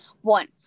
One